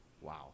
Wow